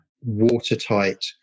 watertight